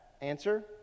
Answer